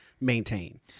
maintain